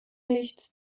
nichts